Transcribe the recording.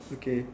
okay